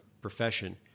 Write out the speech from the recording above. profession